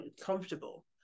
comfortable